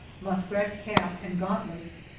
muskrat cap and gauntlets,